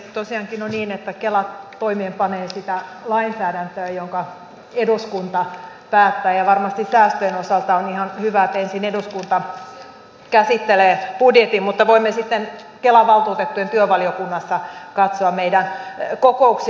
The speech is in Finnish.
tosiaankin on niin että kela toimeenpanee sitä lainsäädäntöä jonka eduskunta päättää ja varmasti säästöjen osalta on ihan hyvä että ensin eduskunta käsittelee budjetin mutta voimme sitten kelan valtuutettujen työvaliokunnassa katsoa meidän kokouksia